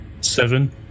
Seven